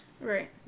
Right